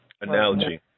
analogy